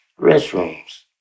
restrooms